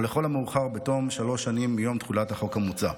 או לכל המאוחר בתום שלוש שנים מיום תחולת החוק המוצע.